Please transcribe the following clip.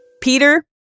Peter